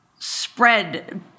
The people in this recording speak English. spread